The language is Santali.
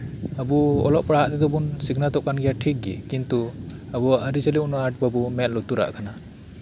ᱟᱵᱩ ᱚᱞᱚᱜ ᱯᱟᱲᱦᱟᱜ ᱛᱮᱫᱚᱵᱩᱱ ᱥᱤᱠᱷᱱᱟᱹᱛᱚᱜ ᱠᱟᱱᱜᱮᱭᱟ ᱴᱷᱤᱠᱜᱤ ᱠᱤᱱᱛᱩ ᱟᱵᱩᱣᱟᱜ ᱟᱹᱨᱤᱪᱟᱹᱞᱤ ᱩᱱᱟᱹᱜ ᱟᱴ ᱵᱟᱵᱩᱱ ᱢᱮᱫ ᱞᱩᱛᱩᱨᱟᱜ ᱠᱟᱱᱟ